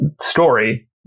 story